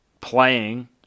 playing